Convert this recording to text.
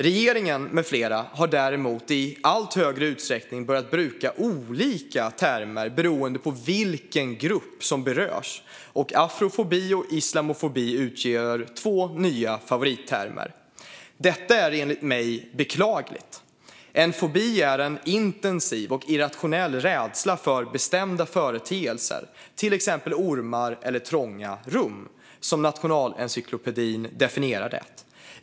Regeringen med flera har däremot i allt större utsträckning börjat bruka olika termer beroende på vilken grupp som berörs. Afrofobi och islamofobi utgör två nya favorittermer. Detta är enligt mig beklagligt. En fobi är en "intensiv, irrationell rädsla för bestämda företeelser, t.ex. ormar eller trånga rum", som Nationalencyklopedin definierar det.